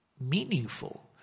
meaningful